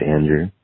Andrew